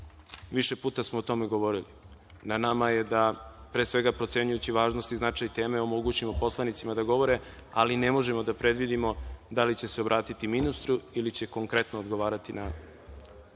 puta smo o tome govorili. Na nama je da, pre svega procenjujući važnost i značaj teme, omogućimo poslanicima da govore, ali ne možemo da predvidimo da li će se obratiti ministru ili će konkretno odgovarati. Da